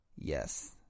Yes